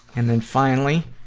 and then, finally,